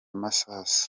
masasu